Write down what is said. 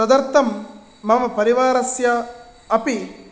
तदर्थं मम परिवारस्य अपि